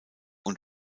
und